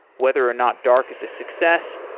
whether or not dark is a success,